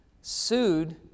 sued